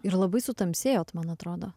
ir labai sutamsėjot man atrodo